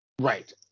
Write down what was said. Right